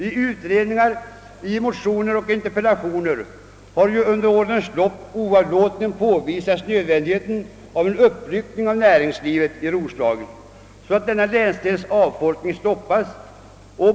I utredningar, motioner och interpellationer har under årens lopp oavlåtligen påvisats nödvändigheten av en uppryckning av näringslivet i Roslagen, så att denna länsdels avfolkning stoppas.